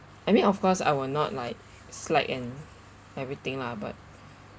I mean of course I will not like slack and everything lah but